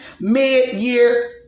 Mid-year